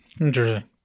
Interesting